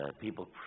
people